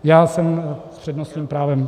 Já jsem s přednostním právem.